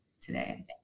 today